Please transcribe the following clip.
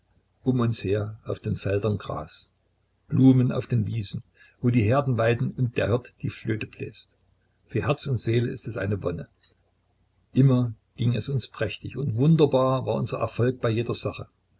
um uns her auf den feldern gras blumen auf den wiesen wo die herden weiden und der hirt die flöte bläst für herz und seele ist es eine wonne immer ging es uns prächtig und wunderbar war unser erfolg bei jeder sache